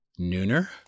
nooner